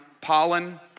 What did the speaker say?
pollen